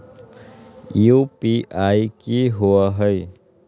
UPI कि होअ हई?